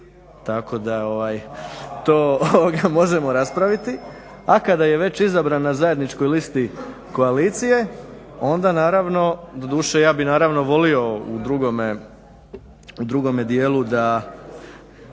tako da to možemo raspraviti. A kada je već izabran na zajedničkoj listi koalicije onda naravno, doduše ja bih naravno volio u drugome dijelu da,